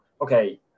okay